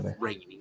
raining